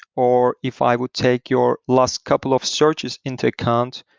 or if i would take your last couple of searches into account,